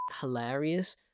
hilarious